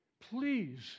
please